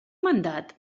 mandat